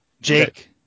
Jake